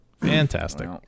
Fantastic